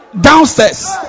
downstairs